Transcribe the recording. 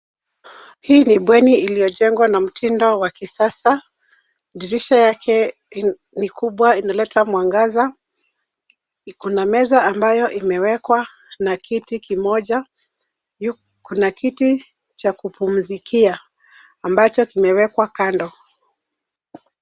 Hii ni bweni iliyojengwa na mtindo wa kisasa, dirisha yake ni kubwa inaleta mwangaza, iko na meza ambayo imewekwa na kiti kimoja. Kuna kiti cha kupumzikia, ambacho kimewekwa kando.